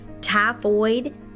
typhoid